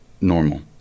normal